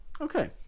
okay